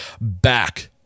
back